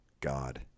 God